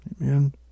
Amen